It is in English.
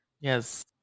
Yes